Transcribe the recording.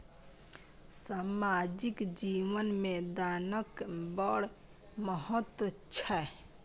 सामाजिक जीवन मे दानक बड़ महत्व छै